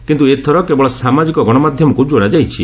କିନ୍ତୁ ଏଥର କେବଳ ସାମାଜିକ ଗଣମାଧ୍ୟମକୁ ଯୋଡ଼ାଯାଇଛି